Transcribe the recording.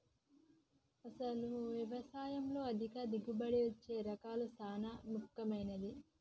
అసలు యవసాయంలో అధిక దిగుబడినిచ్చే రకాలు సాన ముఖ్యమైనవి